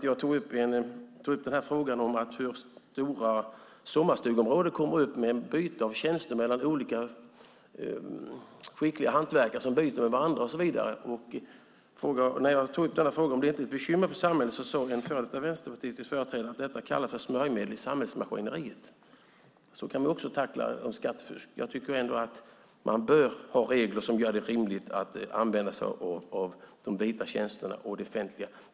Jag tog upp frågan om byte av tjänster mellan olika skickliga hantverkare i stora sommarstugeområden. När jag tog upp frågan om inte detta är ett bekymmer för samhället sade en före detta vänsterpartistisk företrädare att detta kallas för smörjmedel i samhällsmaskineriet. Så kan vi också tackla frågan om skattefusk. Jag tycker ändå att man bör ha regler som gör det rimligt att använda sig av de vita tjänsterna och det offentliga.